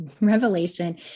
revelation